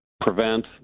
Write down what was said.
Prevent